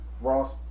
Ross